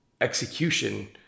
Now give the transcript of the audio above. execution